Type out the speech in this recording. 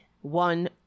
One